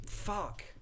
fuck